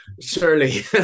Surely